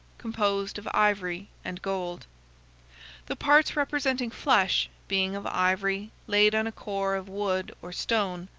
composed of ivory and gold the parts representing flesh being of ivory laid on a core of wood or stone,